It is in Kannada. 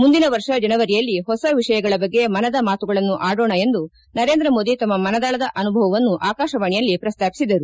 ಮುಂದಿನ ವರ್ಷ ಜನವರಿಯಲ್ಲಿ ಹೊಸ ವಿಷಯಗಳ ಬಗ್ಗೆ ಮನದ ಮಾತುಗಳನ್ನು ಆಡೋಣ ಎಂದು ನರೇಂದ್ರ ಮೋದಿ ತಮ್ಮ ಮನದಾಳದ ಅನುಭವವನ್ನು ಆಕಾಶವಾಣಿಯಲ್ಲಿ ಪ್ರಸ್ತಾಪಿಸಿದರು